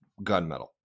gunmetal